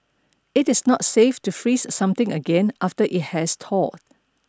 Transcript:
it is not safe to freeze something again after it has thawed